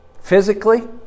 Physically